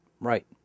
Right